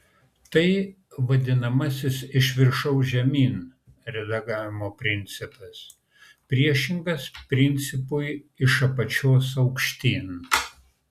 tai vadinamasis iš viršaus žemyn redagavimo principas priešingas principui iš apačios aukštyn